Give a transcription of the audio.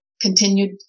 continued